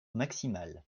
maximale